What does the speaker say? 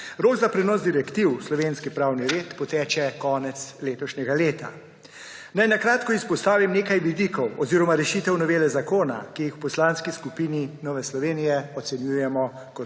Rok za prenos direktiv v slovenski pravni red poteče konec letošnjega leta. Naj na kratko izpostavim nekaj vidikov oziroma rešitev novele zakona, ki jih v Poslanski skupini Nove Slovenije ocenjujemo kot